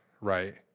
right